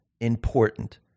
important